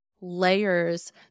layers